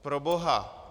Proboha!